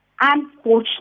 unfortunately